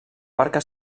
barca